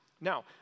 Now